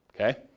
Okay